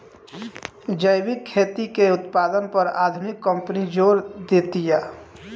जैविक खेती के उत्पादन पर आधुनिक कंपनी जोर देतिया